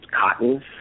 cottons